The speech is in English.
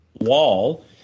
wall